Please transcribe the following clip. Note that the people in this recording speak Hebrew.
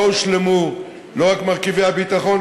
לא הושלמו לא רק מרכיבי הביטחון,